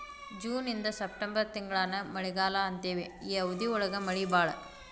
June ಇಂದ September ತಿಂಗಳಾನ ಮಳಿಗಾಲಾ ಅಂತೆವಿ ಈ ಅವಧಿ ಒಳಗ ಮಳಿ ಬಾಳ